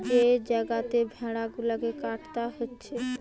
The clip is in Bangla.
যে জাগাতে ভেড়া গুলাকে কাটা হচ্ছে